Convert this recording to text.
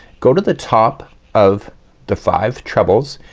go to the top of the five trebles,